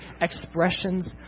expressions